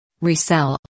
resell